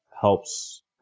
helps